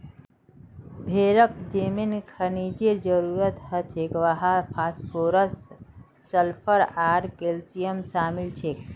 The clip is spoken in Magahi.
भेड़क जे मेन खनिजेर जरूरत हछेक वहात फास्फोरस सल्फर आर कैल्शियम शामिल छेक